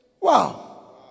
Wow